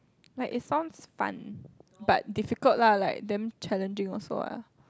like it sounds fun but difficult lah like damn challenging also ah